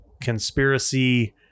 conspiracy